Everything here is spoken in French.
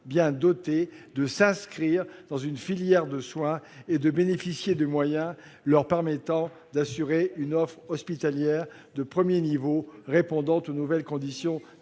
bien dotés de s'inscrire dans une filière de soins et de bénéficier des moyens d'assurer une offre hospitalière de premier niveau répondant aux nouvelles conditions techniques